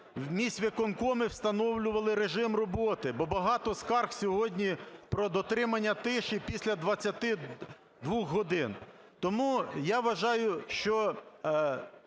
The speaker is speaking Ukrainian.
в міськвиконкомі встановлювали режим роботи, бо багато скарг сьогодні про дотримання тиші після 22 годин. Тому, я вважаю, що